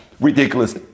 ridiculous